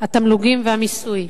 התמלוגים והמיסוי.